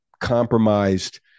compromised